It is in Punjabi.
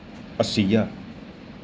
ਅੱਸੀ ਹਜ਼ਾਰ